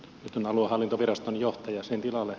nyt on aluehallintoviraston johtaja sen tilalla